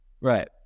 Right